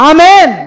Amen